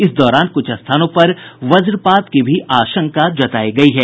इस दौरान कुछ स्थानों पर वज्रपात की भी आशंका जतायी गई है